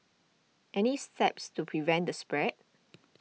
any steps to prevent the spread